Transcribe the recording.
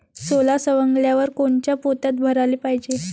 सोला सवंगल्यावर कोनच्या पोत्यात भराले पायजे?